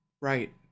Right